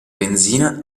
benzina